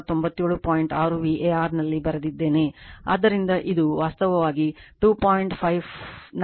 ಆದ್ದರಿಂದ ಇದು ವಾಸ್ತವವಾಗಿ 2